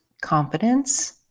confidence